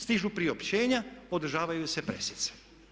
Stižu priopćenja i održavaju se presice.